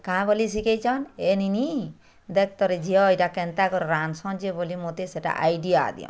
କାଁ ବୋଲି ଶିଖେଇଛନ୍ ଏ ନିନି ଦେଖ୍ତର ଝିଅ ଏଇଟା କେନ୍ତା କରି ରାନ୍ଧସନ୍ ଯେ ବୋଲି ମୋତେ ସେଟା ଆଇଡ଼ିଆ ଦିଅନ୍